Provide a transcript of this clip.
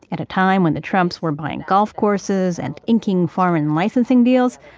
at a time when the trumps were buying golf courses and inking foreign licensing deals,